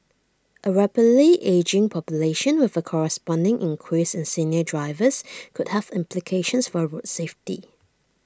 A rapidly ageing population with A corresponding increase in senior drivers could have implications for road safety